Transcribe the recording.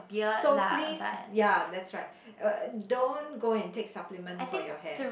so please ya that's right uh don't go and take supplement for your hair